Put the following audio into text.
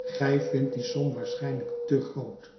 gij vindt die som waarschijnlijk te groot